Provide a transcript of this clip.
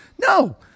No